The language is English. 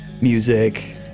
music